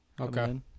Okay